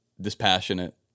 dispassionate